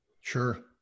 Sure